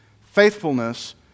faithfulness